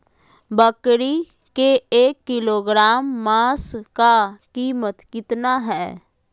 बकरी के एक किलोग्राम मांस का कीमत कितना है?